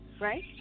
right